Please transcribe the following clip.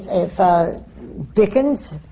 if dickens,